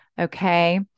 Okay